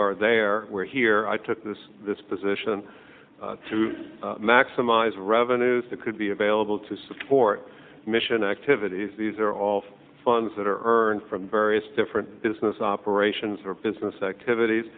are there where here i took this position to maximize revenues that could be available to support mission activities these are all funds that earn from various different business operations or business activities